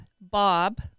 Bob